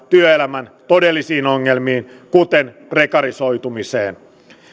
työelämän todellisiin ongelmiin kuten prekarisoitumiseen